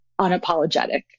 unapologetic